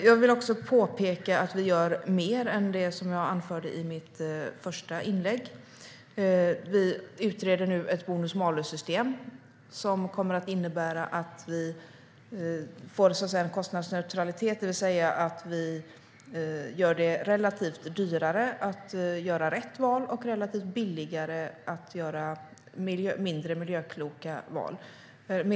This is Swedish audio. Jag vill påpeka att vi gör mer än det jag anförde i mitt första inlägg. Vi utreder nu ett bonus-malus-system, som kommer att innebära att vi får en kostnadsneutralitet. Vi gör det alltså relativt dyrare att göra fel val och relativt billigare att göra mer miljökloka val.